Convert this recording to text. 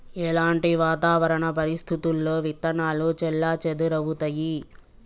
ఎలాంటి వాతావరణ పరిస్థితుల్లో విత్తనాలు చెల్లాచెదరవుతయీ?